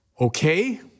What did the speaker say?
Okay